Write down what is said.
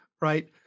right